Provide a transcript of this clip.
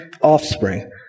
offspring